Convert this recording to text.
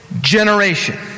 generation